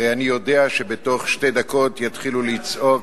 הרי אני יודע שבתוך שתי דקות יתחילו לצעוק: